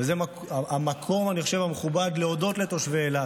וזה המקום המכובד, אני חושב, להודות לתושבי אילת,